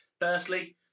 Firstly